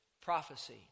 prophecy